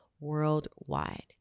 worldwide